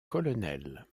colonel